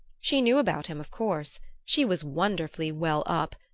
she knew about him, of course she was wonderfully well up,